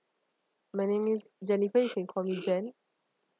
my name is jennifer you can call me jen